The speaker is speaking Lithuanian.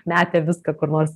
metė viską kur nors